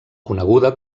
coneguda